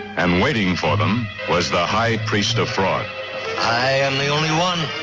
and waiting for them was the high priest of fraud i am the only one.